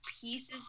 pieces